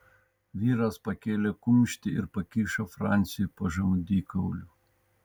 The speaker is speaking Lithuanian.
vyras pakėlė kumštį ir pakišo franciui po žandikauliu